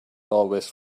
always